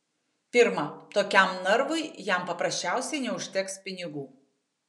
pirma tokiam narvui jam paprasčiausiai neužteks pinigų